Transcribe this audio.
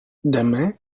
demain